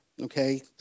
Okay